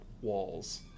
walls